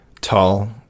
tall